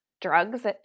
Drugs